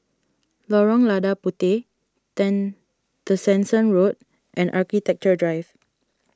Lorong Lada Puteh ten Tessensohn Road and Architecture Drive